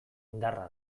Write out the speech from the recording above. indarra